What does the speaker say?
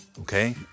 Okay